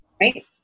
right